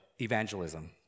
evangelism